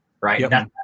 right